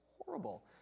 horrible